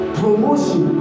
promotion